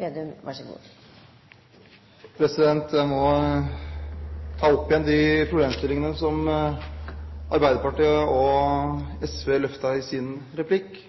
Jeg må ta opp igjen de problemstillingene som Arbeiderpartiet og SV løftet i sine replikker.